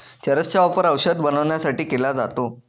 चरस चा वापर औषध बनवण्यासाठी केला जातो